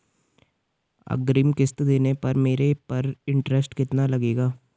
अग्रिम किश्त देने पर मेरे पर इंट्रेस्ट कितना लगेगा?